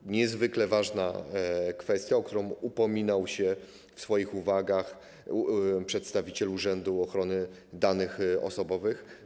To niezwykle ważna kwestia, o którą upominał się w swoich uwagach przedstawiciel Urzędu Ochrony Danych Osobowych.